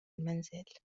المنزل